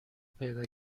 پیدا